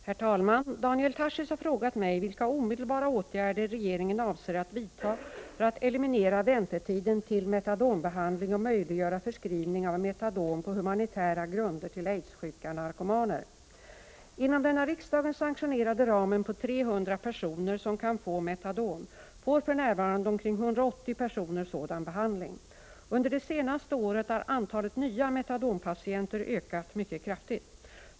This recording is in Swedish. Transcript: Herr talman! Daniel Tarschys har frågat mig vilka omedelbara åtgärder regeringen avser att vidta för att eliminera väntetiden till metadonbehandling och möjliggöra förskrivning av metadon på humanitära grunder till aidssjuka narkomaner. Inom den av riksdagen sanktionerade ramen på 300 personer som kan få metadon får för närvarande omkring 180 personer sådan behandling. Under det senare året har antalet nya metadonpatienter ökat mycket kraftigt.